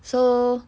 so